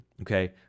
Okay